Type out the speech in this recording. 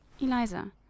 Eliza